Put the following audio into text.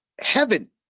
heaven